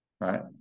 Right